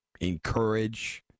encourage